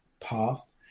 path